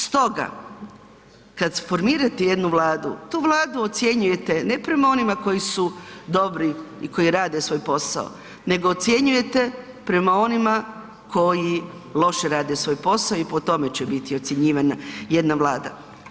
Stoga, kad formirate jednu Vladu, tu Vladu ocjenjujete ne prema onima koji su dobri i koji rade svoj posao, nego ocjenjujete prema onima koji loše rade svoj posao i po tome će biti ocjenjivana jedna Vlada.